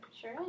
Sure